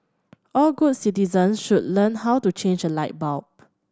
all good citizens should learn how to change a light bulb